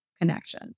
connection